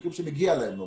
שמגיע להם.